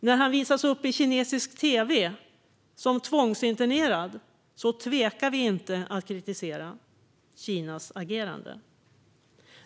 När han visas upp i kinesisk tv som tvångsinternerad tvekar vi inte att kritisera Kinas agerande.